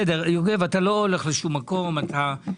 במקום לדבר על הכלכלה,